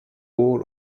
wall